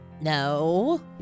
No